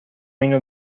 اینو